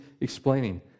explaining